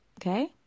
okay